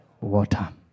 Water